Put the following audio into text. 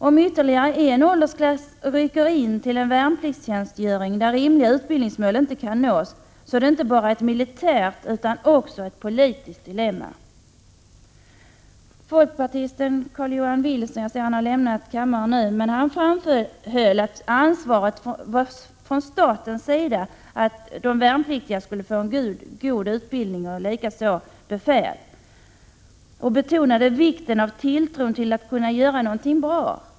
Om ytterligare en åldersklass rycker in till en värnpliktstjänstgöring där rimliga utbildningsmål inte kan nås, är det inte bara ett militärt utan också ett politiskt dilemma. Folkpartisten Carl-Johan Wilson pekade också på statens ansvar för att de värnpliktiga skulle få en god utbildning, liksom befälet. Han betonade vikten av tilltron till att kunna göra någonting bra.